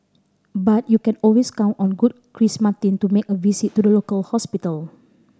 but you can always count on good Chris Martin to make a visit to the local hospital